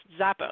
Zappos